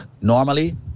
Normally